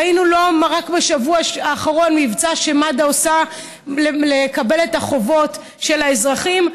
ראינו רק בשבוע האחרון מבצע שמד"א עושה לקבל את החובות של האזרחים.